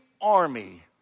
army